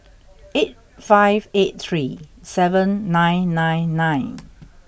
eight five eight three seven nine nine nine